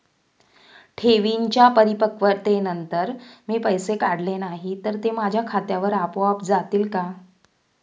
ठेवींच्या परिपक्वतेनंतर मी पैसे काढले नाही तर ते माझ्या खात्यावर आपोआप जातील का?